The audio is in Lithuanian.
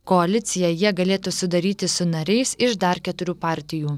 koaliciją jie galėtų sudaryti su nariais iš dar keturių partijų